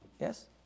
Yes